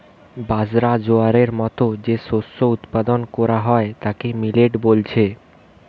বাজরা, জোয়ারের মতো যে শস্য উৎপাদন কোরা হয় তাকে মিলেট বলছে